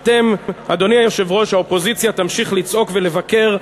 אדוני היושב-ראש, האופוזיציה תמשיך לצעוק ולבקר,